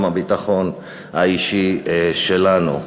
גם הביטחון האישי שלנו.